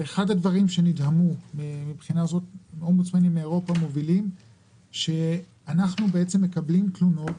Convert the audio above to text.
אחד הדברים שנדהמו לראות זה שאנחנו מקבלים תלונות